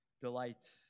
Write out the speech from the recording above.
delights